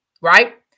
right